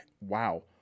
wow